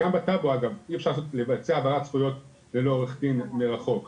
גם בטאבו אגב אי אפשר לבצע העברת זכויות ללא עורך דין מרחוק,